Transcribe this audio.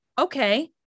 okay